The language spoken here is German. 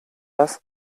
das